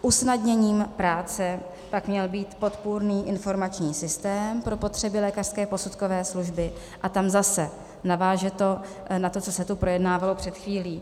Usnadněním práce pak měl být podpůrný informační systém pro potřeby lékařské posudkové služby a tam zase naváže to na to, co se tu projednávalo před chvílí.